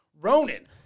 Ronan